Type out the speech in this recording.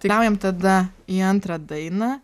keliaujam tada į antrą dainą